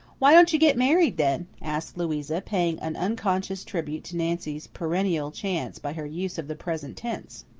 why don't you get married, then? asked louisa, paying an unconscious tribute to nancy's perennial chance by her use of the present tense.